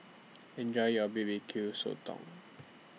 Enjoy your B B Q Sotong